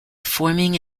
forming